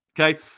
Okay